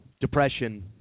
depression